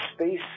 space